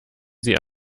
sie